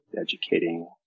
educating